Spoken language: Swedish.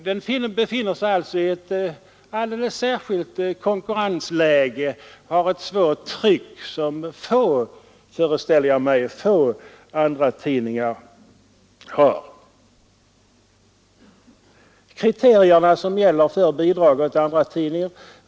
Denna befinner sig alltså i ett alldeles särskilt konkurrensläge och är utsatt för ett tryck, som jag föreställer mig att få andra tidningar upplever. Eesti Päevaleht uppfyller alltså de kriterier som gäller för bidrag åt andratidning.